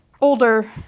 older